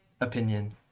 opinion